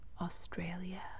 Australia